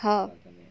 હા